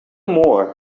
more